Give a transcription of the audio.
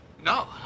no